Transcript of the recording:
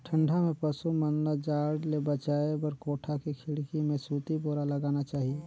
ठंडा में पसु मन ल जाड़ ले बचाये बर कोठा के खिड़की में सूती बोरा लगाना चाही